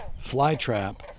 flytrap